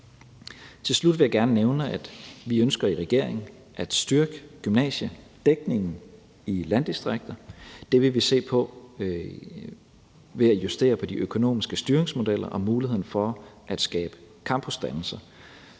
Til slut vil jeg gerne nævne, at vi i regeringen ønsker at styrke gymnasiedækningen i landdistrikterne, og det vil vi se på ved at justere på de økonomiske styringsmodeller og muligheden for at skabe campusdannelser,